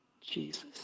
Jesus